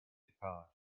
apart